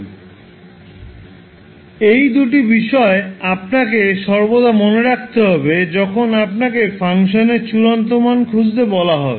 সুতরাং এই দুটি বিষয় আপনাকে সর্বদা মনে রাখতে হবে যখন আপনাকে ফাংশনের চূড়ান্ত মান খুঁজতে বলা হবে